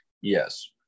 Yes